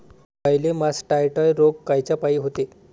गाईले मासटायटय रोग कायच्यापाई होते?